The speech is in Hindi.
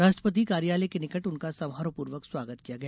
राष्ट्रपति कार्यालय के निकट उनका समारोहपूर्वक स्वागत किया गया